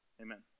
amen